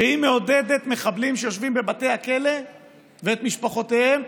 שהיא מעודדת מחבלים שיושבים בבתי הכלא ואת משפחותיהם.